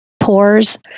pores